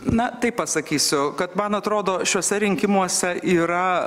na taip pasakysiu kad man atrodo šiuose rinkimuose yra